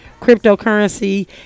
cryptocurrency